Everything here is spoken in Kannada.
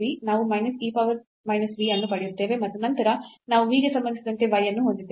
ನಾವು minus e power minus v ಅನ್ನು ಪಡೆಯುತ್ತೇವೆ ಮತ್ತು ನಂತರ ನಾವು v ಗೆ ಸಂಬಂಧಿಸಿದಂತೆ y ಅನ್ನು ಹೊಂದಿದ್ದೇವೆ